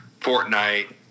Fortnite